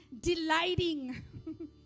delighting